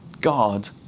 God